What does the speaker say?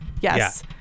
Yes